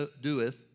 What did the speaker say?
doeth